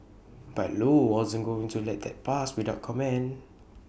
but low wasn't going to let that pass without comment